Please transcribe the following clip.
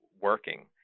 working